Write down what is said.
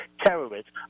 terrorists